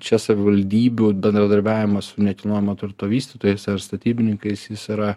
čia savivaldybių bendradarbiavimas su nekilnojamo turto vystytojais ar statybininkais jis yra